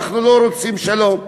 אנחנו לא רוצים שלום.